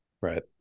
Right